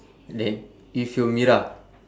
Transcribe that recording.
then with your mira